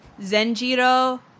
Zenjiro